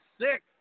six